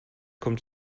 kommt